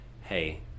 hey